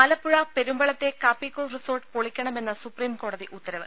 ആലപ്പുഴ പെരുമ്പളത്തെ കാപ്പിക്കോ റിസോർട്ട് പൊളിക്കണമെന്ന് സുപ്രീംകോടതി ഉത്തരവ്